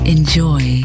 Enjoy